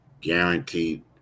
Guaranteed